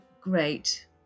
great